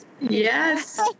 yes